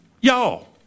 Y'all